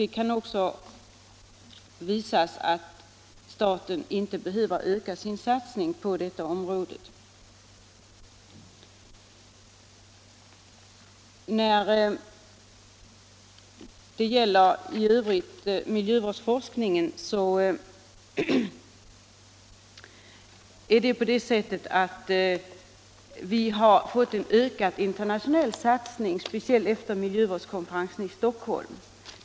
Det kan också tyda på att staten kanske inte behöver öka sin satsning på detta område. Det har vidare inom miljövårdsforskningen tillkommit en ökad internationell satsning, speciellt efter miljövårdskonferensen i Stockholm.